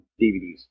DVDs